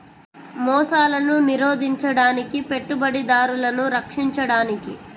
మోసాలను నిరోధించడానికి, పెట్టుబడిదారులను రక్షించడానికి